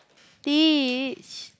teach